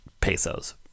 pesos